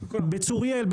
בצוריאל,